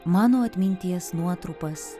mano atminties nuotrupas